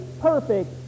perfect